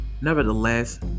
nevertheless